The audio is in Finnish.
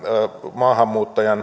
maahanmuuttajan